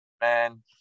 man